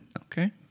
Okay